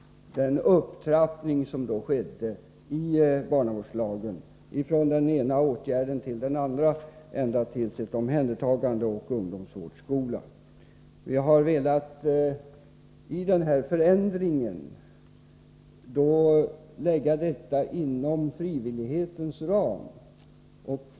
Det skedde alltså tidigare en upptrappning från den ena åtgärden till den andra i barnavårdslagen, ända tills det blev fråga om ett omhändertagande och ungdomsvårdsskola. Vi har genom den här förändringen velat lägga det mesta inom frivillighetens ram.